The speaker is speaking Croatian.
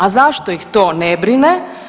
A zašto ih to ne brine?